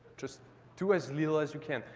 just do as little as you can.